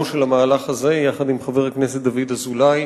של המהלך הזה יחד עם חבר הכנסת דוד אזולאי.